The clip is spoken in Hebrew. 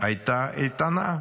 הייתה איתנה.